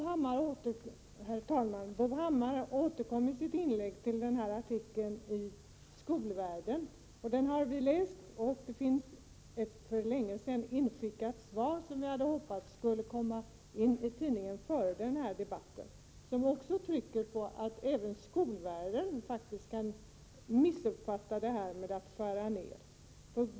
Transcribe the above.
Herr talman! Bo Hammar återkommer i sitt inlägg till artikeln i Skolvärlden. Vi har läst den, och det finns ett för länge sedan inskickat svar, som vi hade hoppats skulle komma in i tidningen före den här debatten. Det svaret trycker på att även Skolvärlden faktiskt kan missuppfatta detta med nedskärningar.